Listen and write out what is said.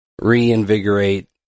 reinvigorate